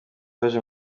baje